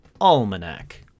almanac